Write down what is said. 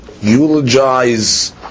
eulogize